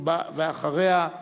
ואחריה,